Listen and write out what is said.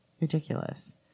ridiculous